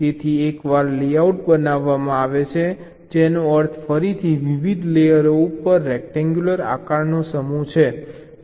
તેથી એકવાર લેઆઉટ બનાવવામાં આવે છે જેનો અર્થ ફરીથી વિવિધ લેયરો ઉપર રેક્ટેન્ગ્યુલર આકારોનો સમૂહ છે